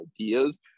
ideas